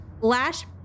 Lash